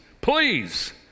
please